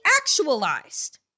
actualized